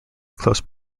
close